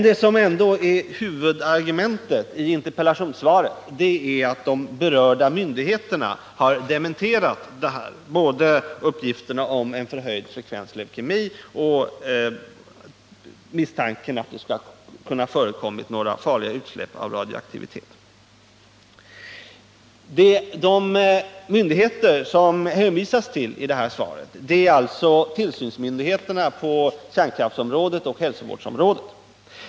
Det som ändå är huvudargumentet i interpellationssvaret är att de berörda myndigheterna har dementerat både uppgifterna om en förhöjd frekvens av leukemi och misstanken om att några farliga utsläpp av radioaktivitet kan ha förekommit. De myndigheter som det hänvisas till i svaret är tillsynsmyndigheterna på kärnkraftsområdet och på hälsovårdsområdet.